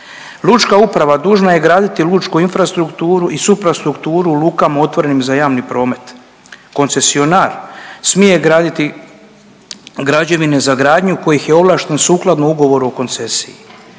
Lučka uprava dužna je graditi lučku infrastrukturu i suprastrukturu u lukama otvorenim za javni promet. Koncesionar smije graditi građevine za gradnju kojih je ovlašten sukladno ugovoru o koncesiji.